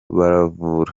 baravura